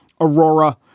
Aurora